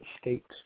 state